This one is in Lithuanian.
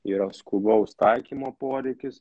yra skubaus taikymo poreikis